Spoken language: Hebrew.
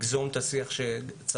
כמו לגזום את השיח שצמח,